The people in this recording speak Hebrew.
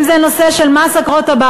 אם זה הנושא של מס עקרות-הבית,